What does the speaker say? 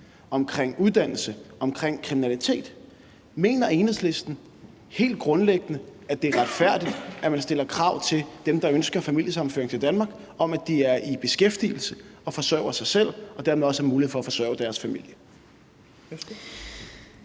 omkring uddannelse, omkring kriminalitet. Mener Enhedslisten helt grundlæggende, at det er retfærdigt, at man stiller krav til dem, der ønsker familiesammenføring til Danmark, om, at de er i beskæftigelse og forsørger sig selv og dermed også har mulighed for at forsørge deres familie?